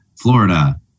Florida